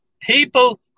People